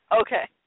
Okay